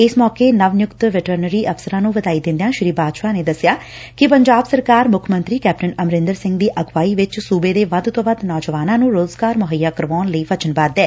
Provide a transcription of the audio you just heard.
ਇਸ ਮੌਕੇ ਨਵ ਨਿਯੁਕਤ ਵੈਟਨਰੀ ਅਫਸਰਾਂ ਨੂੰ ਵਧਾਈ ਦਿਦਿਆਂ ਸ੍ਰੀ ਬਾਜਵਾ ਨੇ ਦੱਸਿਆ ਕਿ ਪੰਜਾਬ ਸਰਕਾਰ ਮੁੱਖ ਮੰਤਰੀ ਕੈਪਟਨ ਅਮਰਿੰਦਰ ਸਿੰਘ ਦੀ ਅਗਵਾਈ ਵਿਚ ਸੂਬੇ ਦੇ ਵੱਧ ਤੋ ਵੱਧ ਨੌਜਵਾਨਾਂ ਨੂੰ ਰੋਜ਼ਗਾਰ ਮੁਹਈਆ ਕਰਵਾਉਣ ਲਈ ਵਚਨਬੱਧ ਏ